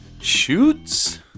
Shoots